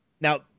Now